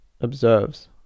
observes